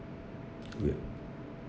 weird